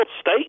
state